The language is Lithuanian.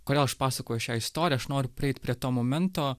kodėl aš pasakoju šią istoriją aš noriu prieit prie to momento